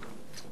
תודה.